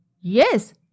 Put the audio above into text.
Yes